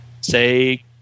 say